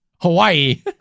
Hawaii